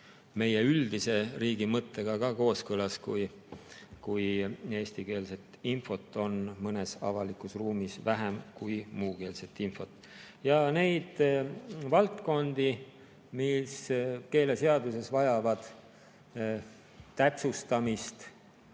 meie üldise riigi mõttega kooskõlas, kui eestikeelset infot on mõnes avalikus ruumis vähem kui muukeelset infot. Ja on valdkondi, mis keeleseaduses vajavad täpsustamist: